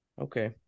Okay